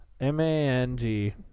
M-A-N-G